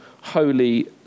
holy